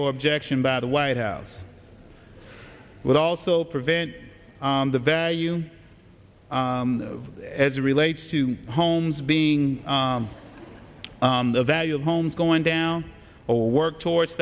or objection by the white house with also prevent the value as it relates to homes being the value of homes going down or work towards